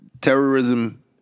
Terrorism